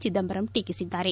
ಚಿದಂಬರಂ ಟೀಕಿಸಿದ್ದಾರೆ